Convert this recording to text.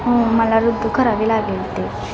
हो मला रद्द करावी लागेल ते